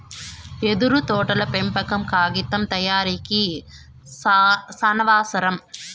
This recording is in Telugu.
యెదురు తోటల పెంపకం కాగితం తయారీకి సానావసరం